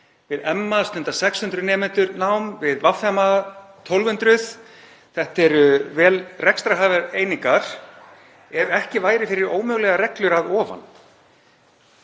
Við MA stunda 600 nemendur nám, við VMA 1.200. Þetta eru vel rekstrarhæfar einingar ef ekki væri fyrir ómögulegar reglur að ofan.